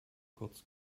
kurz